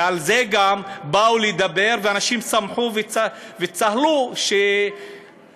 ועל זה גם באו לדבר ואנשים שמחו וצהלו שטראמפ,